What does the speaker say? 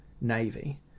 navy